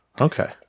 Okay